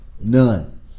None